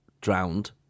drowned